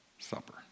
Supper